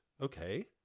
Okay